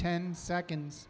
ten seconds